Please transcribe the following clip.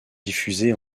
diffusé